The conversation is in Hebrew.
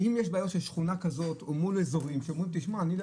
אם יש בעיה של שכונה כזאת או מול אזורים שאומרים אני לא